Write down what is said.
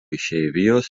išeivijos